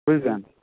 বুঝলেন